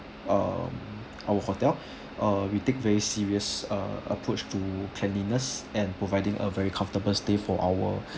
um our hotel err we take very serious err approach to cleanliness and providing a very comfortable stay for our